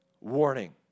warning